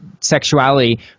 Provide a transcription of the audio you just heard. sexuality